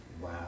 Wow